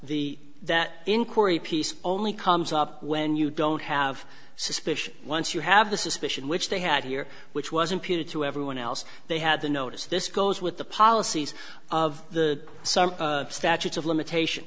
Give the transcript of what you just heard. piece only comes up when you don't have suspicion once you have the suspicion which they had here which was impeded to everyone else they had the notice this goes with the policies of the statutes of limitation